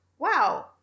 Wow